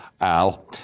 Al